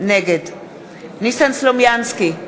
נגד ניסן סלומינסקי,